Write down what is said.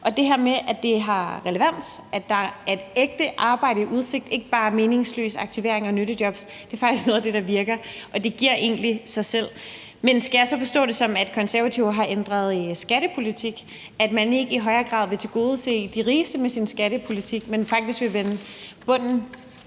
at det her med, at det har relevans, altså at det at blive stillet ægte arbejde i udsigt og ikke bare blive sat i meningsløs aktivering og nyttejobs faktisk er noget af det, der virker. Det giver egentlig sig selv. Men skal jeg så forstå det sådan, at Konservative har ændret skattepolitik, så man ikke i højere grad vil tilgodese de rigeste med sin skattepolitik, men faktisk vil vende tingene